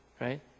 right